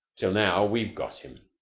till now we've got him.